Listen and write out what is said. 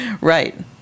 Right